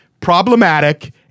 problematic